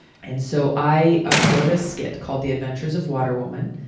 and so i ah wrote a skit called the adventures of waterwoman.